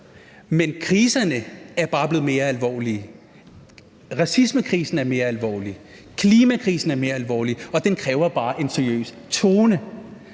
men kriserne er bare blevet mere alvorlige. Racismekrisen er mere alvorlig, klimakrisen er mere alvorlig, og den kræver bare en seriøs tone,